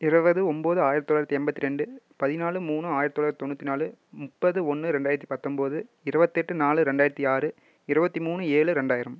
இருவது ஒம்போது ஆயிரத்தி தொள்ளாயிரத்தி எண்பத்தி ரெண்டு பதினாலு மூணு ஆயிரத்தி தொள்ளாயிரத்தி தொண்ணூற்றி நாலு முப்பது ஒன்று ரெண்டாயிரத்தி பத்தொம்போது இருபத்தெட்டு நாலு ரெண்டாயிரத்தி ஆறு இருபத்தி மூணு ஏழு ரெண்டாயிரம்